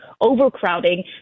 overcrowding